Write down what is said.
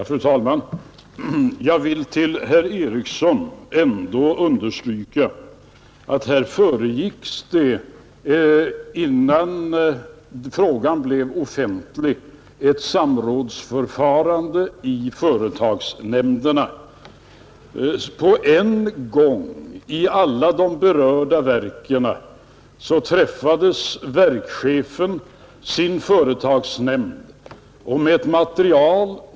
Fru talman! Jag vill för herr Eriksson i Arvika understryka att innan frågan blev offentlig föregicks den av ett samrådsförfarande i företagsnämnderna, I alla de berörda verken träffade verkschefen sin företagsnämnd, och det skedde samtidigt för alla.